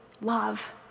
love